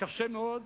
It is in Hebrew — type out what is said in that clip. קשה מאוד,